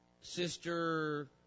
Sister